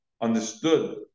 understood